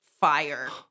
fire